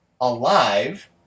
alive